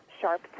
sharp